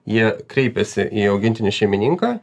jie kreipiasi į augintinio šeimininką